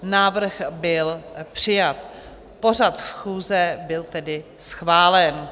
Návrh byl přijat, pořad schůze byl tedy schválen.